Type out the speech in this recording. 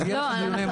נכון.